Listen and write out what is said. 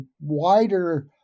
wider